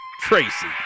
Tracy